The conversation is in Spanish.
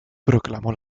proclamó